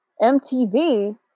MTV